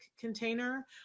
container